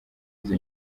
izo